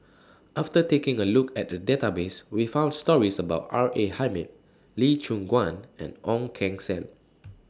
after taking A Look At The Database We found stories about R A Hamid Lee Choon Guan and Ong Keng Sen